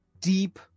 deep